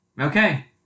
Okay